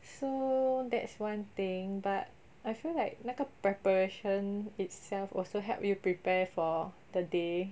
so that's one thing but I feel like 那个 preparation itself also help you prepare for the day